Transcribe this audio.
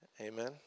Amen